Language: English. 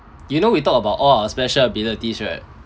you know we talk about all our special abilities right